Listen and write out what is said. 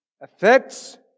affects